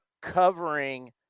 covering